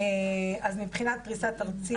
אז מבחינת פריסה ארצית